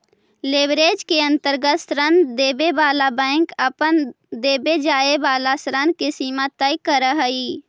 leverage के अंतर्गत ऋण देवे वाला बैंक अपन देवे जाए वाला ऋण के सीमा तय करऽ हई